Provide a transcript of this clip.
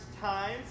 times